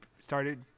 started